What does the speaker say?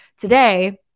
Today